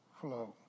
flow